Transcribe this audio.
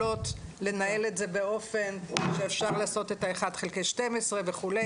היום מערכות יכולות לנהל את זה באופן שאפשר לעשות את ה-1 חלקי 12 וכו',